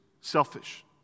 selfish